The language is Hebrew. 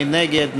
מי נגד?